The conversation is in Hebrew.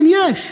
כן, יש.